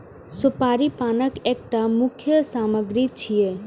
सुपारी पानक एकटा मुख्य सामग्री छियै